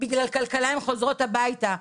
ובגלל מצב כלכלי הן חוזרות הביתה,